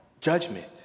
judgment